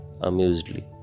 amusedly